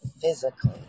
Physically